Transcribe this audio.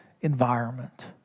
environment